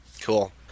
Cool